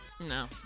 No